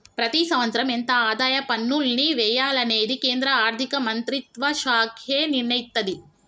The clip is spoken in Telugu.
ప్రతి సంవత్సరం ఎంత ఆదాయ పన్నుల్ని వెయ్యాలనేది కేంద్ర ఆర్ధిక మంత్రిత్వ శాఖే నిర్ణయిత్తది